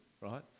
right